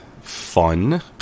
fun